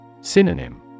Synonym